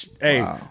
Hey